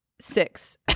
six